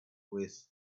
with